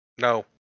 no